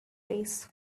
grace